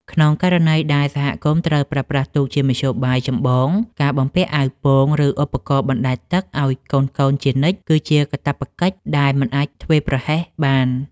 ក្នុងករណីដែលសហគមន៍ត្រូវប្រើប្រាស់ទូកជាមធ្យោបាយចម្បង ការបំពាក់អាវពោង ឬឧបករណ៍បណ្តែតទឹកឱ្យកូនៗជានិច្ចគឺជាកាតព្វកិច្ចដែលមិនអាចធ្វេសប្រហែសបាន។